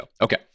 Okay